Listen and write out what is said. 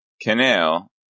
Canal